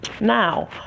Now